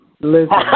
Listen